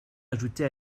ajoutait